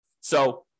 So-